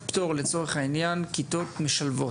במוסדות הפטור כיתות משלבות,